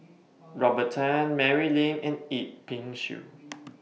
Robert Tan Mary Lim and Yip Pin Xiu